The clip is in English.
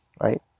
Right